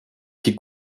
qui